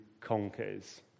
conquers